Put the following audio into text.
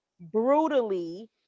brutally